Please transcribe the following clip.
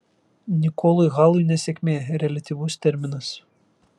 nikolui halui nesėkmė reliatyvus terminas